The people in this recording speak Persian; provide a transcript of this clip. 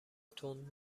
تند